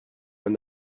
when